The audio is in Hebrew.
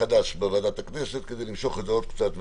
חדש בוועדת הכנסת כדי למשוך את זה עוד קצת.